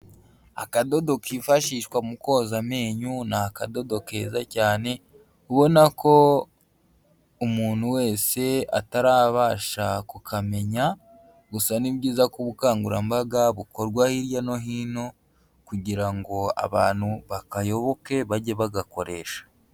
Akadodo kifashishwa mu koza amenyo, ni akadodo keza cyane ubona ko umuntu wese atarabasha kukamenya, gusa ni byiza ko ubukangurambaga bukorwa hirya no hino kugira ngo abantu bakayoboke, bajye bagakoresha.